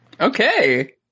Okay